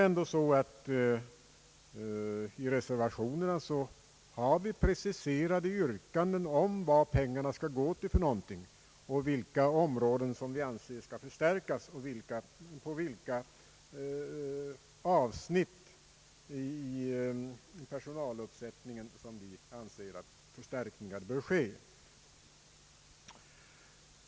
I reservationerna har vi ändå preciserade yrkanden om vad pengarna skall gå till, vilka områden vi anser skall förstärkas och på vilka avsnitt i personaluppsättningen vi anser att förstärkningar bör ske.